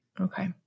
Okay